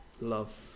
love